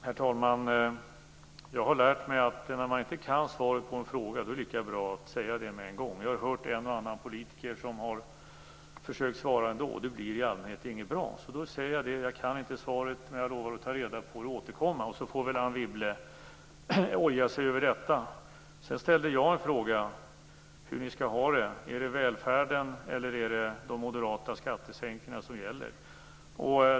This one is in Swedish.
Herr talman! Jag har lärt mig att när man inte kan svaret på en fråga är det lika bra att säga det med en gång. Jag har hört en och annan politiker som har försökt svara ändå, och det blir i allmänhet inte bra. Jag säger därför att jag inte kan svaret, men jag lovar att ta reda på det och återkomma. Anne Wibble får väl oja sig över detta. Jag ställde frågan hur ni skall ha det: Är det välfärden eller de moderata skattesänkningarna som gäller?